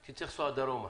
הייתי צריך לנסוע דרומה.